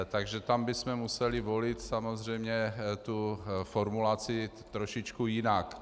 Takže tam bychom museli volit samozřejmě tu formulaci trošičku jinak.